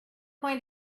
going